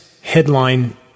headline